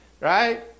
Right